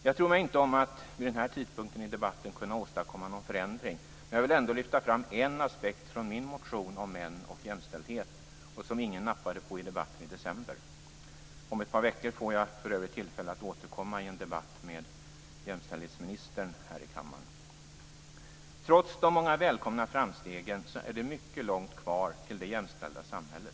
Jag tror mig inte om att vid den här tidpunkten i dagens debatt kunna åstadkomma någon förändring, men jag vill ändå lyfta fram en aspekt från min motion om män och jämställdhet som ingen nappade på i debatten i december. Om ett par veckor får jag för övrigt tillfälle att återkomma i en debatt med jämställdhetsministern här i kammaren. Trots de många välkomna framstegen är det mycket långt kvar till det jämställda samhället.